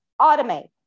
automate